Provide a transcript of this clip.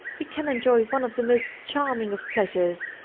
we can enjoy one of the most charming of pleasures,